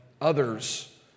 others